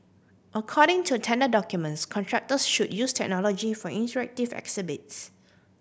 according to tender documents contractors should use technology for interactive exhibits